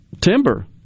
timber